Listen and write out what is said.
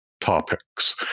topics